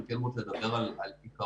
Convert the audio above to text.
אני כן רוצה לדבר על העיקרון,